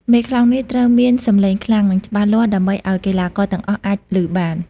មេខ្លោងនេះត្រូវមានសម្លេងខ្លាំង និងច្បាស់លាស់ដើម្បីឲ្យកីឡាករទាំងអស់អាចឮបាន។